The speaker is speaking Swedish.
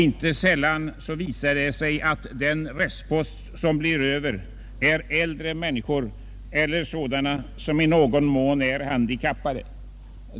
Inte sällan visar det sig att den restpost som blir över är äldre människor eller sådana som i någon mån är handikappade.